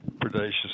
predaceous